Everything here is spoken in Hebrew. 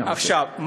עכשיו,